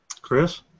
Chris